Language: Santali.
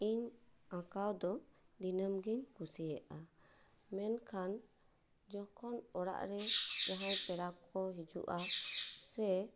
ᱤᱧ ᱟᱸᱠᱟᱣ ᱫᱚ ᱫᱤᱱᱟᱹᱢ ᱜᱮᱧ ᱠᱩᱥᱤᱭᱟᱜᱼᱟ ᱢᱮᱱᱠᱷᱟᱱ ᱡᱚᱠᱷᱚᱱ ᱚᱲᱟᱜ ᱨᱮ ᱡᱟᱦᱟᱭ ᱯᱮᱲᱟ ᱠᱚ ᱠᱚ ᱡᱤᱦᱩᱜᱼᱟ ᱥᱮ